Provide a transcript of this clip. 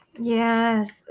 Yes